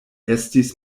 estis